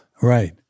Right